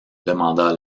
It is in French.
demanda